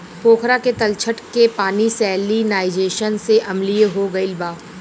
पोखरा के तलछट के पानी सैलिनाइज़ेशन से अम्लीय हो गईल बा